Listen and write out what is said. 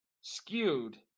skewed